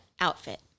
outfit